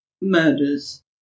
murders